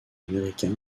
américain